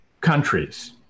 countries